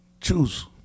choose